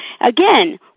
again